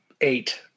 eight